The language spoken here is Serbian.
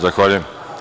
Zahvaljujem.